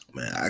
Man